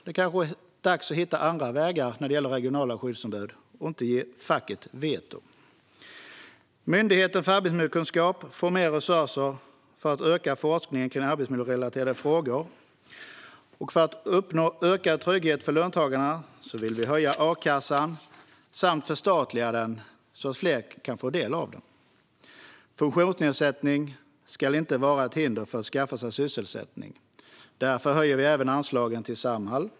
Det kanske är dags att hitta andra vägar när det gäller regionala skyddsombud och inte ge facket veto. Myndigheten för arbetsmiljökunskap får mer resurser för att öka forskningen kring arbetsmiljörelaterade frågor. För att uppnå ökad trygghet för löntagarna vill vi höja a-kassan samt förstatliga den så att fler kan få del av den. Funktionsnedsättning ska inte vara ett hinder för att skaffa sig sysselsättning. Därför höjer vi även anslagen till Samhall.